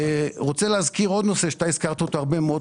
אני רוצה להזכיר עוד נושא שאתה הזכרת אותו הרבה מאוד,